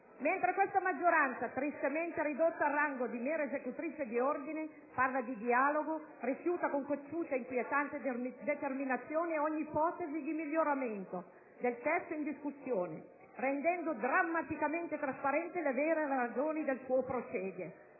Mentre questa maggioranza - tristemente ridotta al rango di mera esecutrice di ordini - parla di dialogo, rifiuta con cocciuta e inquietante determinazione ogni ipotesi di miglioramento del testo in discussione, rendendo drammaticamente trasparenti le vere ragioni del suo procedere.